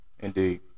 Indeed